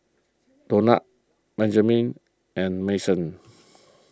Donat Benjamin and Mason